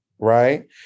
Right